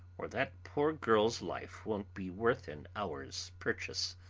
or that poor girl's life won't be worth an hour's purchase.